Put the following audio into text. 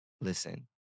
listen